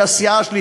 שהסיעה שלי,